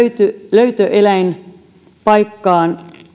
löytöeläinpaikkaan